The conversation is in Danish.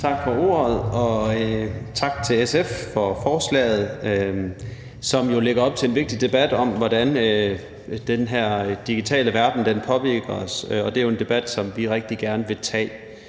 Tak for ordet, og tak til SF for forslaget, som jo lægger op til en vigtig debat om, hvordan den her digitale verden påvirker os, og det er jo en debat, som vi rigtig gerne vil tage.